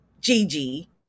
Gigi